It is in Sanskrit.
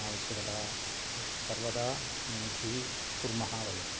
आवश्यकता उक् सर्वदा समूखी कुर्मः वयम्